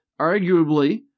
arguably